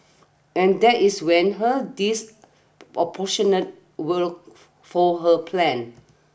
and that is when her disproportionate fold her plan